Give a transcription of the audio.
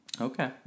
Okay